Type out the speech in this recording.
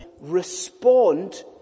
respond